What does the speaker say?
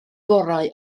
gorau